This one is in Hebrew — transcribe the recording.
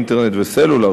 אינטרנט וסלולר,